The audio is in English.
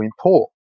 import